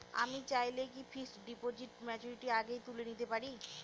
আমি চাইলে কি ফিক্সড ডিপোজিট ম্যাচুরিটির আগেই তুলে নিতে পারি?